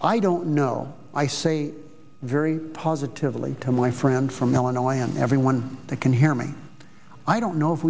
i don't know i say very positively to my friend from illinois and everyone that can hear me i don't know if